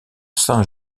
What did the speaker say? saint